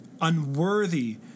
unworthy